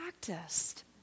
practiced